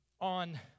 on